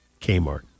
Kmart